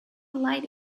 lights